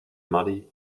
muddy